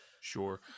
sure